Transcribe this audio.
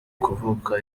kuvuka